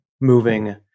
moving